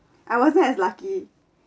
I wasn't as lucky